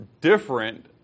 different